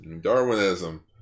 Darwinism